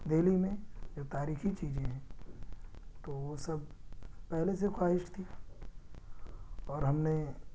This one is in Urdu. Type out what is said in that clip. دہلی میں جو تاریخی چیزیں ہیں تو وہ سب پہلے سے خواہش تھی اور ہم نے